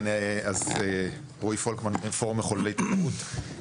כן, רועי פולקמן, פורום מחוללי תחרות.